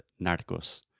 Narcos